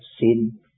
sin